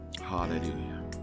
Hallelujah